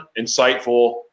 insightful